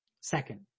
Second